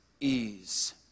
ease